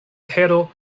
tero